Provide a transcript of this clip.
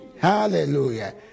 Hallelujah